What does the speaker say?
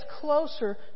closer